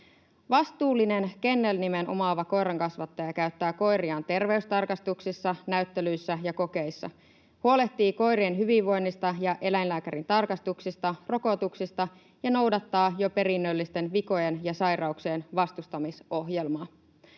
Vastuullinen, kennelnimen omaava koirankasvattaja käyttää koiriaan terveystarkastuksissa, näyttelyissä ja kokeissa, huolehtii koirien hyvinvoinnista ja eläinlääkärin tarkastuksista ja rokotuksista sekä noudattaa jo perinnöllisten vikojen ja sairauksien vastustamisohjelmaa.